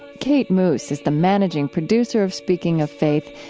kate moos is the managing producer of speaking of faith.